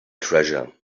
treasure